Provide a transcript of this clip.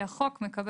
הכנה